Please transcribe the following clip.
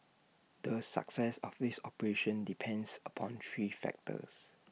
the success of this operation depends upon three factors